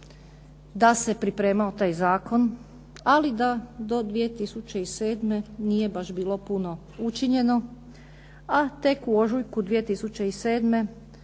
da se pripremao taj zakon, ali da do 2007. nije baš bilo puno učinjeno, a tek u ožujku 2007.